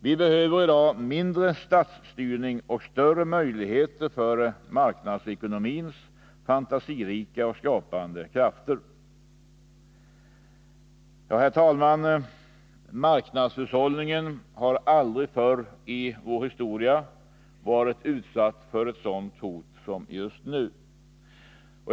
Vi behöver i dag mindre statsstyrning och större möjligheter för marknadsekonomins fantasirika och skapande krafter. Herr talman! Marknadshushållningen har aldrig förr i vår historia varit utsatt för ett sådant hot som just nu.